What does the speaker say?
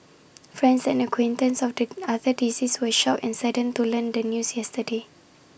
friends and acquaintances of the other deceased were shocked and saddened to learn the news yesterday